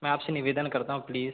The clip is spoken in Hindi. मैं आप से निवेदन करता हूँ प्लीज़